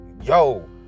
yo